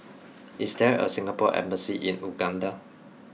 is there a Singapore embassy in Uganda